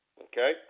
okay